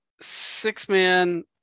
six-man